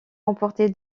remporté